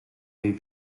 jej